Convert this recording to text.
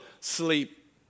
sleep